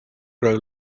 grow